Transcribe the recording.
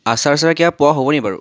আচাৰ চাচাৰ কিবা পোৱা হ'ব নি বাৰু